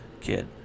kid